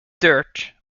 dirt